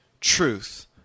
truth